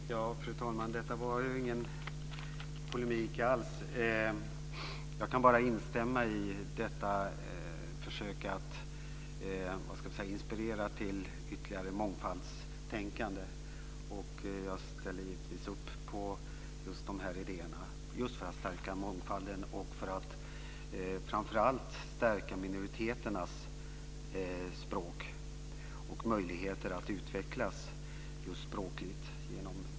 Fru talman! Detta var ju ingen polemik alls. Jag kan bara instämma i detta försök att inspirera till ytterligare mångfaldstänkande, och jag ställer givetvis upp på de här idéerna just för att stärka mångfalden och framför allt för att stärka minoriteternas språk och deras möjligheter att utvecklas språkligt genom medierna.